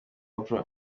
oprah